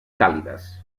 càlides